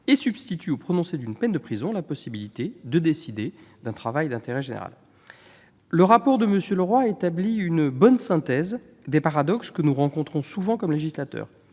et substitue au prononcé d'une peine de prison la possibilité de décider d'un travail d'intérêt général. Le rapport de M. Leroy établit une bonne synthèse des paradoxes que nous rencontrons souvent dans notre